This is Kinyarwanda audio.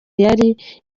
yari